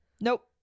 Nope